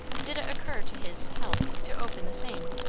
did it occur to his help to open the same.